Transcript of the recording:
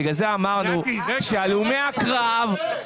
שהלומי-קרב --- נתי,